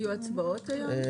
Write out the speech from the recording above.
יהיו הצבעות היום?